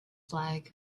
flag